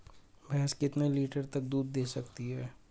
भैंस कितने लीटर तक दूध दे सकती है?